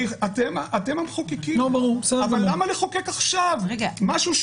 אתם המחוקקים, אבל למה לתקן את מה שהוא